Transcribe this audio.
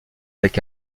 avec